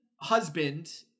Husband